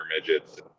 midgets